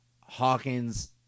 Hawkins